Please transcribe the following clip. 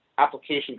application